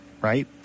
Right